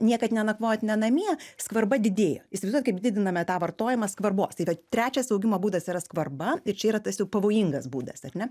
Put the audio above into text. niekad nenakvojot ne namie skvarba didėjo įsivaizduojat kaip didiname tą vartojamą skvarbos tai vat trečias augimo būdas yra skvarba ir čia yra tas jau pavojingas būdas ar ne